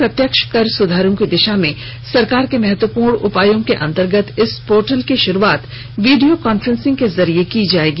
प्रत्यक्ष कर सुधारों की दिशा में सरकार के महत्वपूर्ण उपायों के अंतर्गत इस पोर्टल की शुरूआत वीडियो कांफ्रेंसिंग के जरिए की जाएगी